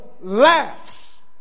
laughs